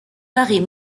paraît